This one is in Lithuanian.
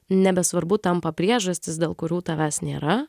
nebesvarbu tampa priežastys dėl kurių tavęs nėra